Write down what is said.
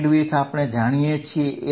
bandwidth આપણે જાણીએ છીએ